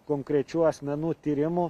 konkrečių asmenų tyrimų